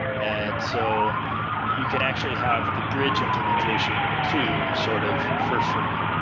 and so you can actually have the bridge implementation too sort of for free.